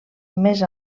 més